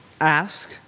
Ask